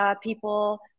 people